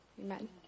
amen